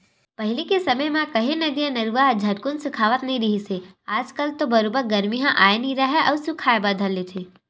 पहिली के समे म काहे नदिया, नरूवा ह झटकून सुखावत नइ रिहिस हे आज कल तो बरोबर गरमी ह आय नइ राहय अउ सुखाय बर धर लेथे